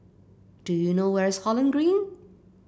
do you know where is Holland Green